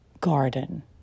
garden